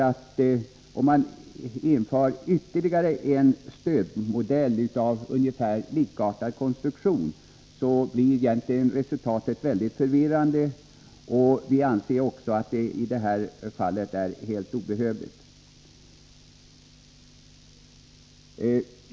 Att införa ytterligare ett stöd med ungefär likartad konstruktion blir förvirrande och är enligt vår mening obehövligt.